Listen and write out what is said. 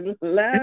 love